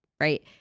right